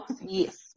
Yes